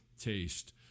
taste